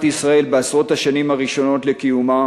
ישראל בעשרות השנים הראשונות לקיומה